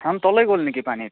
ধান তলেই গ'ল নেকি পানীত